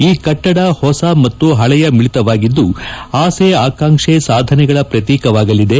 ಈ ಕಟ್ಟಡ ಹೊಸ ಮತ್ತು ಹಳೆಯ ಮಿಳಿತವಾಗಿದ್ದು ಆಸೆ ಆಕಾಂಕ್ಷೆ ಸಾಧನೆಗಳ ಪ್ರತೀಕವಾಗಲಿದೆ